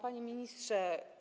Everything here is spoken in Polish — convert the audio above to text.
Panie Ministrze!